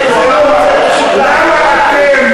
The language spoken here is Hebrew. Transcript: למה אתם